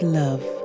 love